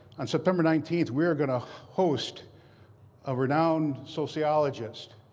on september nineteen, we are going to host a renowned sociologist.